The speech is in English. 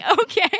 okay